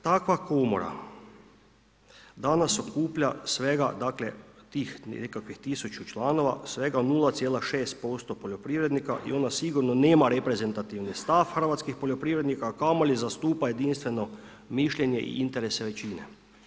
Takva komora danas okuplja svega dakle nekakvih 1000 članova, svega 0,6% poljoprivrednika i ona sigurno nema reprezentativni stav hrvatskih poljoprivrednika a kamoli zastupa jedinstveno mišljenje i interese većine.